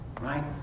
Right